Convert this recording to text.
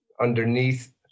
underneath